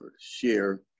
share